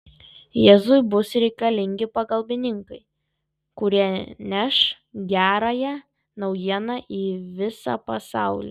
jėzui bus reikalingi pagalbininkai kurie neš gerąją naujieną į visą pasaulį